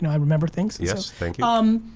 and i remember things. yes, thank um